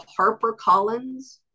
HarperCollins